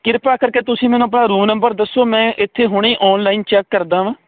ਕਿਰਪਾ ਕਰਕੇ ਤੁਸੀਂ ਮੈਨੂੰ ਆਪਣਾ ਰੂਮ ਨੰਬਰ ਦੱਸੋ ਮੈਂ ਇਥੇ ਹੁਣੇ ਆਨਲਾਈਨ ਚੈੱਕ ਕਰਦਾ ਵਾਂ